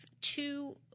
two